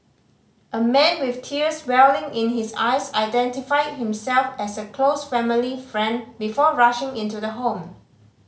a man with tears welling in his eyes identified himself as a close family friend before rushing into the home